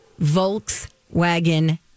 Volkswagen